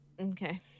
Okay